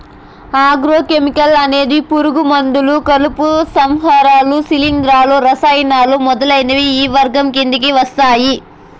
agro chemical అనేది పురుగు మందులు, కలుపు సంహారకాలు, శిలీంధ్రాలు, రసాయనాలు మొదలైనవి ఈ వర్గం కిందకి వస్తాయి